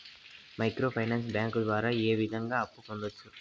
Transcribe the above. micro finance bank ద్వారా ఏ విధంగా అప్పు పొందొచ్చు